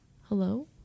hello